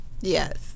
Yes